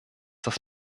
das